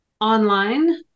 online